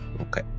Okay